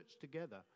together